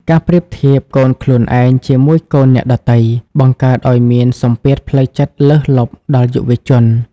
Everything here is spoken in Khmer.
ការប្រៀបធៀបកូនខ្លួនឯងជាមួយកូនអ្នកដទៃ បង្កើតឱ្យមានសម្ពាធផ្លូវចិត្តលើសលប់ដល់យុវជន។